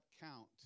count